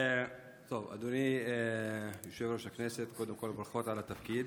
אדוני יושב-ראש הכנסת, קודם כול ברכות על התפקיד.